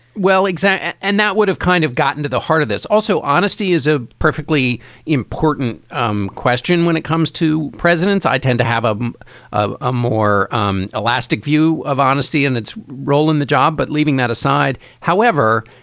well, exactly. and that would have kind of gotten to the heart of this. also, honesty is a perfectly important um question when it comes to presidents. i tend to have ah a ah more um elastic view of honesty and its role in the job. but leaving that aside, however,